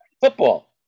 football